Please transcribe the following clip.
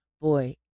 boy